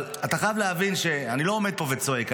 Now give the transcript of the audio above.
אבל אתה חייב להבין שאני לא עומד פה וצועק,